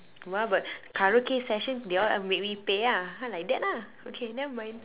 mm ya but karaoke session they all make me pay lah ha like that lah okay never mind